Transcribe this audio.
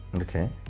Okay